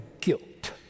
guilt